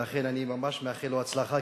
ולכן אני ממש מאחל לו הצלחה,